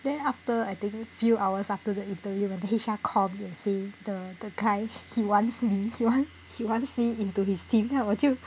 then after I think few hours after the interview when the H_R call me and say the the guy he wants me he he wants me into his team then 我就